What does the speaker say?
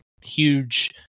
Huge